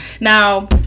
Now